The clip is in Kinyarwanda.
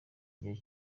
igihe